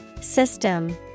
System